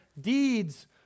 deeds